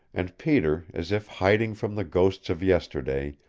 and peter, as if hiding from the ghosts of yesterday,